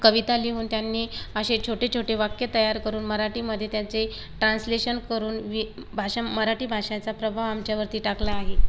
कविता लिहून त्यांनी असे छोटे छोटे वाक्य तयार करून मराठीमध्ये त्याचे टान्सलेशन करून वि म भाषा मराठी भाषेचा प्रभाव आमच्यावरती टाकला आहे